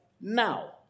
now